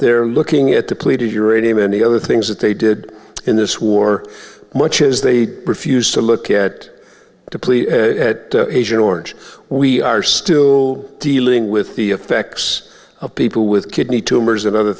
they're looking at depleted uranium any other things that they did in this war much as they refused to look at it to please asian orange we are still dealing with the effects of people with kidney tumors and other